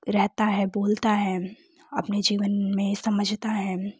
रहता है बोलता है और अपने जीवन में समझता है